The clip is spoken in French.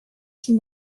six